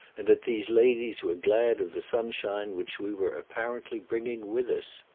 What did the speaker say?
and that these ladies were glad of the sunshine which we were apparently bringing with us.